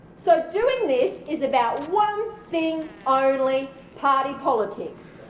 so doing this is about one thing um only party politics.